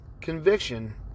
conviction